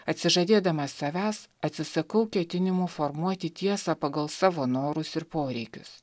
atsižadėdamas savęs atsisakau ketinimų formuoti tiesą pagal savo norus ir poreikius